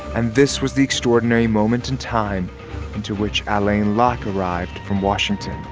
and this was the extraordinary moment in time into which alain locke arrived from washington